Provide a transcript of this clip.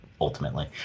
ultimately